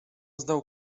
znał